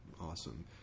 awesome